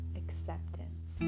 acceptance